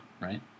right